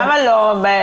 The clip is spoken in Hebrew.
למה לא?